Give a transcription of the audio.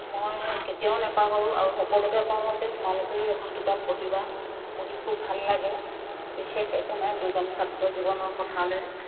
মই কেতিয়াও নাপাহৰোঁ আৰু সকলোকে কওঁ যে তোমালোকেও এইখন কিতাপ পঢ়িবা পঢ়ি খুব ভাল লাগে বিশেষ একো নাই দুজন ছাত্ৰৰ জীৱনৰ কথা লৈ